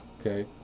okay